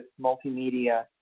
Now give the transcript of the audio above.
multimedia